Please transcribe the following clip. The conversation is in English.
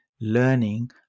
learning